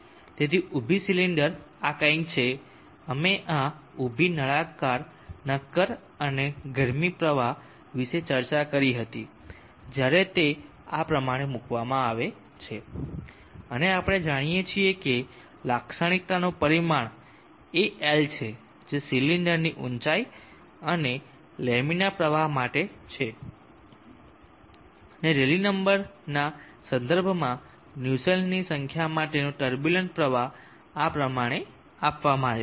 તેથી ઊભી સિલિન્ડર આ કંઈક છે અમે આ ઊભી નળાકાર નક્કર અને ગરમી પ્રવાહ વિશે ચર્ચા કરી હતી જ્યારે તે આ પ્રમાણે મૂકવામાં આવે છે અને આપણે જાણીએ છીએ કે લાક્ષણિકતાનું પરિમાણ એ l છે જે સિલિન્ડરની ઊંચાઇ અને લેમિનર પ્રવાહ માટે છે અને રેલી નંબરના સંદર્ભમાં નુસ્સેલ્ટની સંખ્યા માટેનો ટર્બુલંટ પ્રવાહ આ પ્રમાણે આપવામાં આવ્યો છે